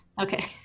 Okay